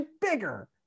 bigger